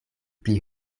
pli